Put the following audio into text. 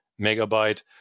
megabyte